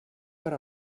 per